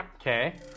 Okay